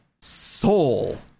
soul